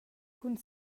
cun